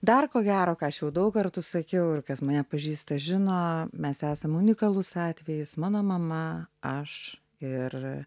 dar ko gero ką aš jau daug kartų sakiau ir kas mane pažįsta žino mes esam unikalus atvejis mano mama aš ir